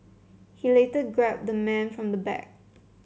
he later grabbed the man from the back